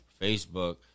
Facebook